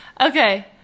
Okay